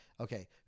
Okay